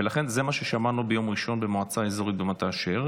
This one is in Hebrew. ולכן זה מה ששמענו ביום ראשון במועצה האזורית במטה אשר,